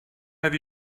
have